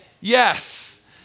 Yes